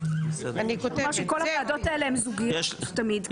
כל הוועדות האלה הן תמיד זוגיות.